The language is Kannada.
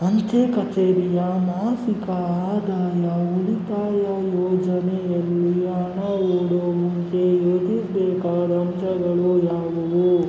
ಅಂಚೆ ಕಛೇರಿಯ ಮಾಸಿಕ ಆದಾಯ ಉಳಿತಾಯ ಯೋಜನೆಯಲ್ಲಿ ಹಣ ಹೂಡೋ ಮುಂಚೆ ಯೋಚಿಸ್ಬೇಕಾದ ಅಂಶಗಳು ಯಾವುವು